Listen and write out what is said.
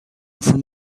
from